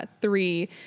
three